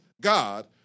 God